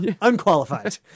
unqualified